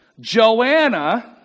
Joanna